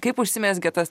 kaip užsimezgė tas